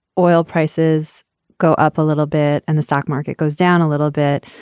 oil prices go up a little bit and the stock market goes down a little bit.